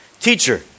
teacher